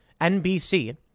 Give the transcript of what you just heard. NBC